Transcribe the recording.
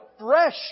fresh